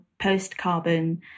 post-carbon